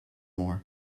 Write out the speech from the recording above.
more